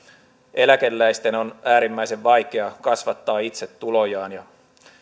eläkeläisten on äärimmäisen vaikea kasvattaa itse tulojaan